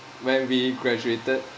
when we graduated